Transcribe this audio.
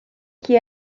chi